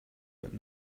got